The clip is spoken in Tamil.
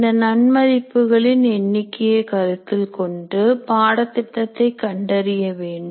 இந்த நன்மதிப்பு களின் எண்ணிக்கையை கருத்தில் கொண்டு பாடத்திட்டத்தை கண்டறிய வேண்டும்